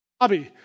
hobby